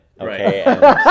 Okay